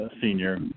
senior